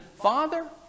father